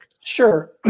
Sure